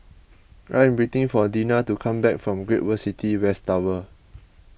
I am waiting for Deena to come back from Great World City West Tower